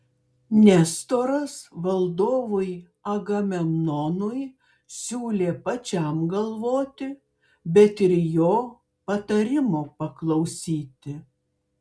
nestoras valdovui agamemnonui siūlė pačiam galvoti bet ir jo patarimo paklausyti